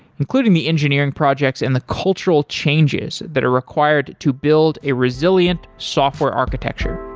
including the engineering projects and the cultural changes that are required to build a resilient software architecture